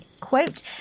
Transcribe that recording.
quote